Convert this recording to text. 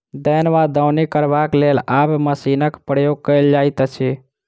दौन वा दौनी करबाक लेल आब मशीनक प्रयोग कयल जाइत अछि